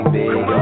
big